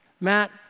Matt